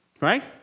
Right